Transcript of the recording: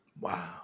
Wow